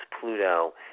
Pluto